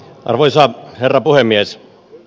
arvoisa herra puhemies